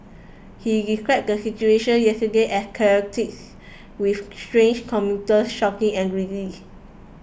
he described the situation yesterday as chaotics with stranded commuters shouting angrily